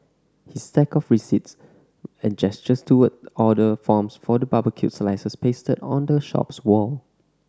his stack of receipts and gestures towards order forms for the barbecued slices pasted on the shop's wall